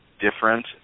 different